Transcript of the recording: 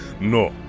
No